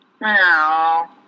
No